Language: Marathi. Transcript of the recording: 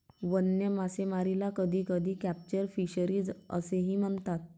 वन्य मासेमारीला कधीकधी कॅप्चर फिशरीज असेही म्हणतात